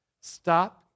Stop